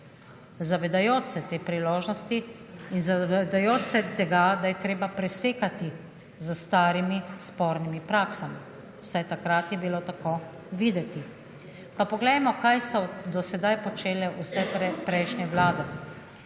zavedajoče se te priložnosti in zavedajoč se tega, da je treba presekati s starimi spornimi praksami vsaj takrat je bilo tako videti. Poglejmo, kaj so do sedaj počele prejšnje vlade?